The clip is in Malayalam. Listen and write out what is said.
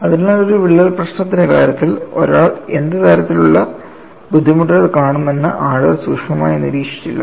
അതിനാൽ ഒരു വിള്ളൽ പ്രശ്നത്തിന്റെ കാര്യത്തിൽ ഒരാൾ എന്ത് തരത്തിലുള്ള ബുദ്ധിമുട്ടുകൾ കാണുമെന്ന് ആളുകൾ സൂക്ഷ്മമായി നിരീക്ഷിച്ചില്ല